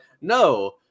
no